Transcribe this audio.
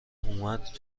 اومد